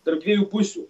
tarp dviejų pusių